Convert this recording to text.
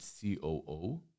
COO